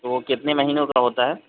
تو وہ کتنے مہینوں کا ہوتا ہے